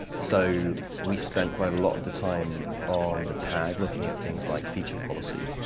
so we spent quite a lot of the time on the tag looking at things like feature policy.